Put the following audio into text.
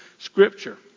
scripture